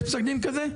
יש פסק דין כזה?